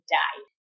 died